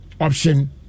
option